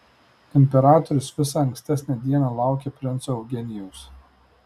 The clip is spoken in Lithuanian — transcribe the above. imperatorius visą ankstesnę dieną laukė princo eugenijaus